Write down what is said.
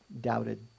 doubted